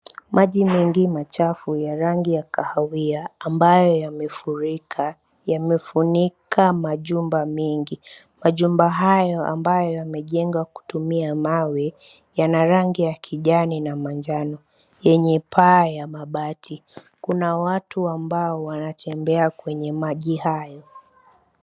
Maji mengi machafu ya rangi ya kahawia ambayo yamefurika yamefunika majumba mengi, majumba hayo ambayo yamejengwa kutumia mawe yana rangi ya kijani na manjano yenye paa ya mabati, kuna watu ambao wanatembea kwenye maji hayo.